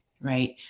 Right